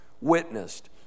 witnessed